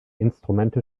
instrumente